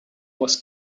was